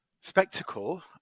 spectacle